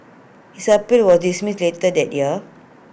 his appeal was dismissed later that year